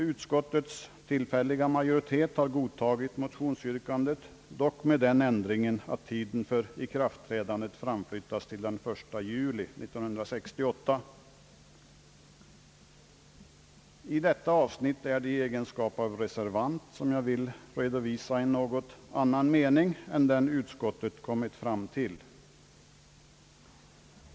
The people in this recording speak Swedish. Utskottets tillfälliga majoritet har godtagit motionsyrkandet, dock med den ändringen att tiden för ikraftträdandet framflyttats till den 1 juli 1968. I detta avsnitt är det i egenskap av reservant, som jag vill redovisa en annan mening än den utskottet kommit fram till.